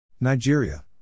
Nigeria